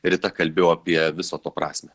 rita kalbėjau apie viso to prasmę